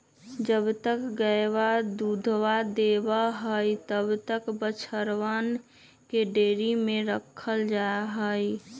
जब तक गयवा दूधवा देवा हई तब तक बछड़वन के डेयरी में रखल जाहई